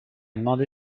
demandé